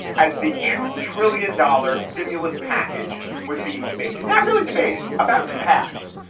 as the two trillion dollar stimulus package was being debated, not really debated about to pass,